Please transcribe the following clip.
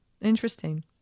Interesting